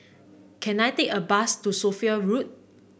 can I take a bus to Sophia Road